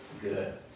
good